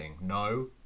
No